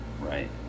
right